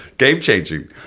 game-changing